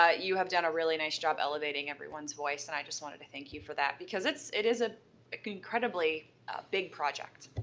ah you have done a really nice job elevating everyone's voice, and i just wanted to thank you for that. because it's, it is ah an incredibly big project.